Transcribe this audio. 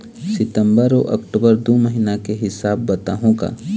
सितंबर अऊ अक्टूबर दू महीना के हिसाब बताहुं का?